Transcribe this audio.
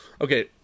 Okay